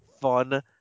Fun